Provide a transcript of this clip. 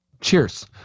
Cheers